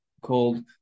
called